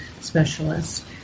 specialist